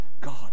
God